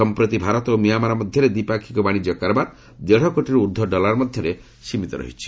ସଂପ୍ରତି ଭାରତ ଓ ମିଆଁମାର ମଧ୍ୟରେ ଦ୍ୱିପାକ୍ଷିକ ବାଶିଜ୍ୟିକ କାରବାର ଦେଢ଼ କୋଟିରୁ ଊର୍ଦ୍ଧ୍ୱ ଡଲାର ମଧ୍ୟରେ ସୀମିତ ରହିଛି